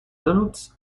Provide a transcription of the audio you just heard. donuts